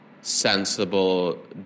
sensible